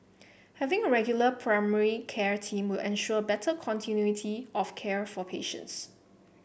having a regular primary care team will ensure better continuity of care for patients